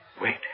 Wait